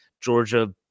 Georgia